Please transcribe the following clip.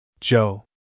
Joe